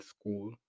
school